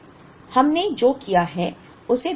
अब हमने जो किया है उसे दोहराना होगा